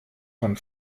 von